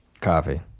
coffee